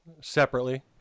Separately